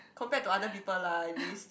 compared to other people lah at least